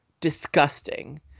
disgusting